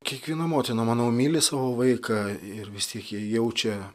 kiekviena motina manau myli savo vaiką ir vis tiek jie jaučia